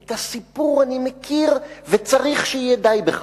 את הסיפור אני מכיר, וצריך שיהיה די בכך.